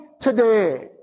today